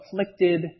afflicted